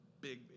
big